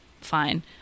fine